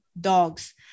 dogs